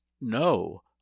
No